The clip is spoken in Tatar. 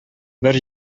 бер